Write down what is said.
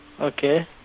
Okay